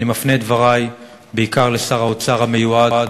אני מפנה את דברי בעיקר לשר האוצר המיועד